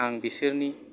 आं बिसोरनि